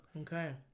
okay